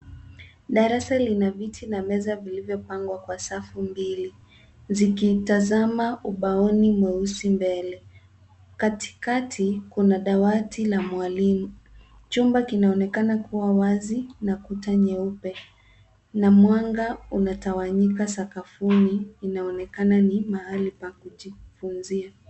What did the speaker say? Darasa lina viti na meza vilivyopangwa kwa safu mbili, zikitazama ubaoni mweusi mbele. Katikati kuna dawati la mwalimu. Chumba kinaonekana kua wazi na kuta nyeupe, na mwanga unatawanyika sakafuni. Inaonekana ni mahali pa kujifunzia.